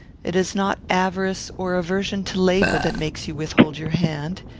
it is not avarice or aversion to labour that makes you withhold your hand.